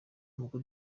ubwo